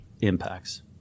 impacts